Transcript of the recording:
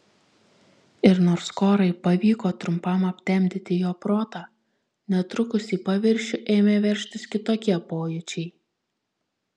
ir nors korai pavyko trumpam aptemdyti jo protą netrukus į paviršių ėmė veržtis kitokie pojūčiai